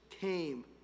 came